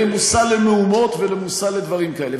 מושא למהומות ומושא לדברים כאלה.